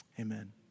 Amen